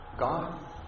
God